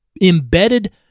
embedded